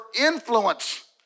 influence